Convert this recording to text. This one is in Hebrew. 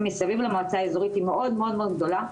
מסביב למועצה האזורית היא מאוד גדולה,